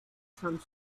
some